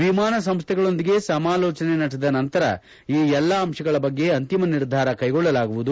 ವಿಮಾನ ಸಂಸ್ಥೆಗಳೊಂದಿಗೆ ಸಮಾಲೋಚನೆ ನಡೆಸಿದ ನಂತರ ಈ ಎಲ್ಲಾ ಅಂಶಗಳ ಬಗ್ಗೆ ಅಂತಿಮ ನಿರ್ಧಾರ ಕೈಗೊಳ್ಳಲಾಗುವುದು